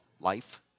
life